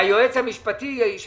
אתם יכולים להגיד שהיועץ המשפטי הנוכחי